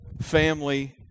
family